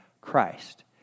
Christ